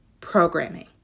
Programming